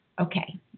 Okay